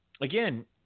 again